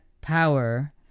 power